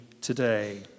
today